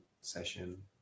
session